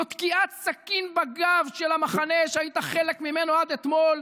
זו תקיעת סכין בגב של המחנה שהיית חלק ממנו עד אתמול.